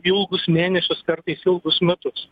ilgus mėnesius kartais ilgus metus